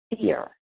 fear